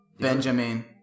Benjamin